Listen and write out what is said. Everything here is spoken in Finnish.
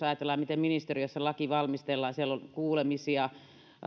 ajatellaan miten esimerkiksi ministeriössä laki valmistellaan niin siellä on kuulemisia